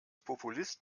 populist